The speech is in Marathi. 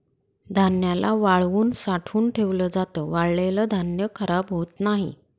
धान्याला वाळवून साठवून ठेवल जात, वाळलेल धान्य खराब होत नाही